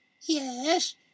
Yes